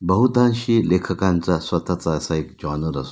बहुतांशी लेखकांचा स्वतःचा असा एक जॉनर असतो